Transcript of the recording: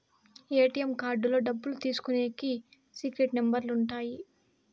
ATM కార్డుతో డబ్బులు తీసుకునికి సీక్రెట్ నెంబర్లు ఉంటాయి